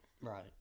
Right